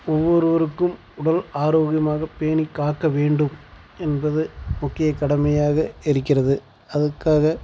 ஒவ்வொருவருக்கும் உடல் ஆரோக்கியமாக பேணிக்காக்க வேண்டும் என்பது முக்கிய கடமையாக இருக்கிறது அதுக்காக